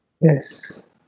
Yes